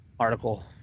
article